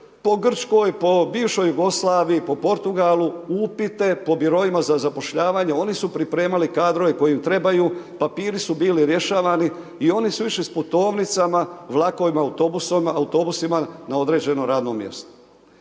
po Grčkoj, po bivšoj Jugoslaviji, po Portugalu, kupite, po biroima, za zapošljavanje, oni su pripremali kadrove koji im trebaju, papiri su bili rješavani i oni su išli s putovnicama, vlakovima, autobusima, na određeno radno mjesto.